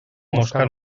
mosca